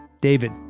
David